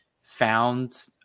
found